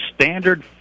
standard